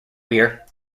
weir